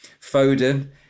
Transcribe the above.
Foden